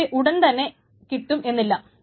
പക്ഷേ ഉടൻ തന്നെ കിട്ടും എന്നില്ല